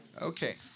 Okay